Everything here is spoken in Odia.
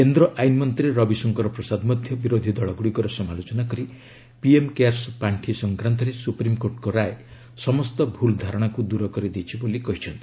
କେନ୍ଦ୍ର ଆଇନ୍ ମନ୍ତ୍ରୀ ରବିଶଙ୍କର ପ୍ରସାଦ ମଧ୍ୟ ବିରୋଧୀ ଦଳଗ୍ରଡ଼ିକର ସମାଲୋଚନା କରି ପିଏମ୍ କେୟାର୍ସ ପାର୍ଷି ସଂକ୍ରାନ୍ତରେ ସୁପ୍ରିମ୍କୋର୍ଟଙ୍କ ରାୟ ସମସ୍ତ ଭୁଲ ଧାରଣାକୁ ଦୂର କରିଦେଇଛି ବୋଲି କହିଛନ୍ତି